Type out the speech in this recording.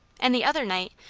and the other night,